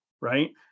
right